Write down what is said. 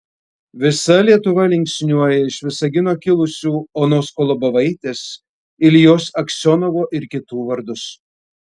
visa lietuva linksniuoja iš visagino kilusių onos kolobovaitės iljos aksionovo ir kitų vardus